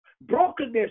Brokenness